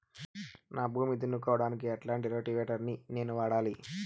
నా భూమి దున్నుకోవడానికి ఎట్లాంటి రోటివేటర్ ని నేను వాడాలి?